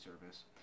service